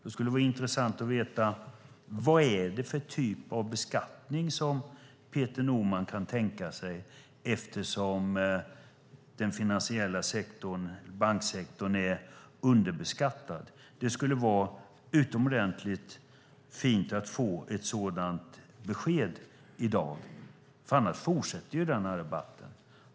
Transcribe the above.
Det skulle vara intressant att veta: Vad är det för typ av beskattning som Peter Norman kan tänka sig eftersom den finansiella sektorn, banksektorn, är underbeskattad? Det skulle vara utomordentligt fint att få ett sådant besked i dag, för annars fortsätter den här debatten.